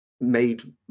made